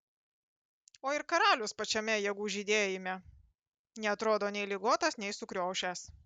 o ir karalius pačiame jėgų žydėjime neatrodo nei ligotas nei sukriošęs